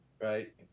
Right